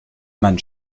man